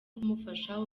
kumufasha